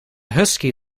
husky